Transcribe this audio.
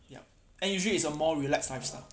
yup and usually it's a more relaxed lifestyle